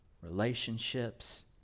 relationships